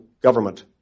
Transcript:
government